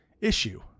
issue